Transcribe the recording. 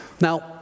Now